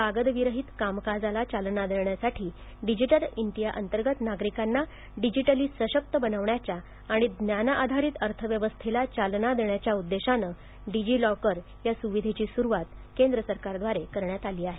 कागदविरहित कामकाजाला चालना देण्यासाठी डिजीटल इंडीया अंतर्गत नागरिकांना डिजीटली सशक्त बनवण्याच्या आणि ज्ञान आधारित अर्थव्यवस्थेला चालना देण्याच्या उद्देशानं डिजीलॉकर या सुविधेची सुरुवात सरकारद्वारे करण्यात आली आहे